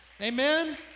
Amen